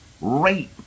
rape